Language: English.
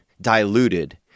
diluted